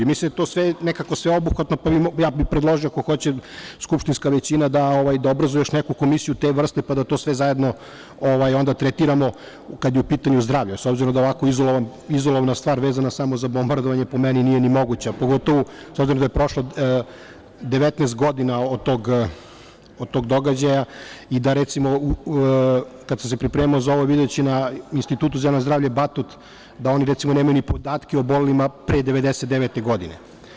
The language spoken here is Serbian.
Mislim da je to nekako sveobuhvatno, pa bih predložio, ako hoće skupštinska većina da obrazuje još neku komisiju te vrste, pa da sve to zajedno tretiramo, kada je u pitanju zdravlje, s obzirom da ovako izolovana stvar vezana samo za bombardovanje, po meni, nije ni moguća, pogotovu obzirom da je prošlo 19 godina od tog događaja i recimo da, kada sam se pripremao za ovo, videći na Institutu za zdravlje „Batut“ da oni nemaju ni podatke o obolelima pre 1999. godine.